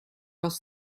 else